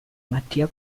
mattia